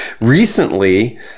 Recently